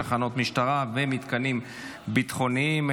תחנות משטרה ומתקנים ביטחוניים),